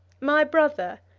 my brother,